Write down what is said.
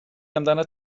amdanat